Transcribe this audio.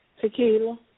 Tequila